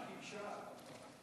מה הנמשל?